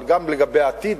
אבל גם לגבי העתיד,